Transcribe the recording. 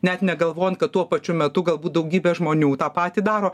net negalvojant kad tuo pačiu metu galbūt daugybė žmonių tą patį daro